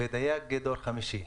ודייג דור חמישי.